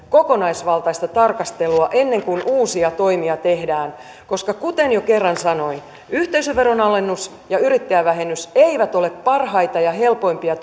kokonaisvaltaista tarkastelua ennen kuin uusia toimia tehdään koska kuten jo kerran sanoin yhteisöveron alennus ja yrittäjävähennys eivät ole parhaita ja helpoimpia